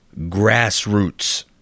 grassroots